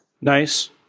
Nice